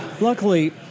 Luckily